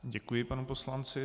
Děkuji panu poslanci.